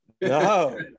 no